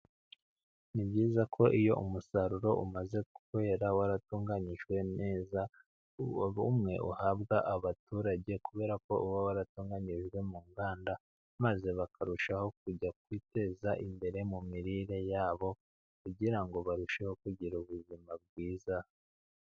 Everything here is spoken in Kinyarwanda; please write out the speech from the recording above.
Ni byiza ko iyo umusaruro umaze kwera, waratunganijwe neza, umwe uhabwa abaturage kubera ko uba waratunganirijwe mu ruganda maze bakarushaho kujya kwiteza imbere mu mirire yabo kugirango barusheho kugira ubuzima bwiza